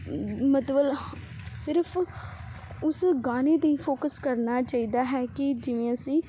ਮਤਲਬ ਸਿਰਫ਼ ਉਸ ਗਾਣੇ 'ਤੇ ਹੀ ਫੋਕਸ ਕਰਨਾ ਚਾਹੀਦਾ ਹੈ ਕਿ ਜਿਵੇਂ ਅਸੀਂ